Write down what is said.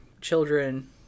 children